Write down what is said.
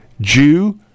Jew